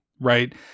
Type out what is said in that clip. right